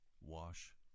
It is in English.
wash